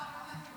מה קרה?